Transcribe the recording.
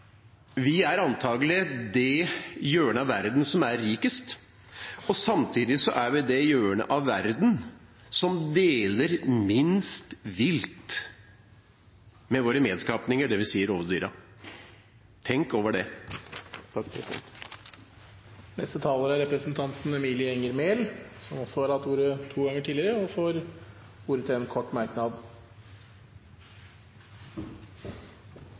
vi antakelig er det hjørnet av verden som er rikest, samtidig er vi det hjørnet av verden som deler minst vilt med våre medskapninger, dvs. rovdyrene. Tenk over det. Representanten Emilie Enger Mehl har hatt ordet to ganger tidligere og får ordet til en kort merknad,